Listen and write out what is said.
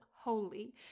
holy